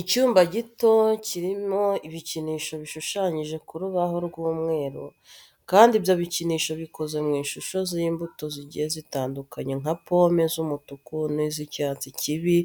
Icyumba gito kirimo ibikinisho bishushanyije ku rubaho rw'umweru kandi ibyo bikinisho bikoze mu ishusho z'imbuto zigiye zitandukanye nka pome z'umutuku n'iz'icyatsi kibi,